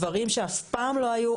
דברים שאף פעם לא היו,